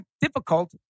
difficult